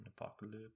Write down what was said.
Apocalypse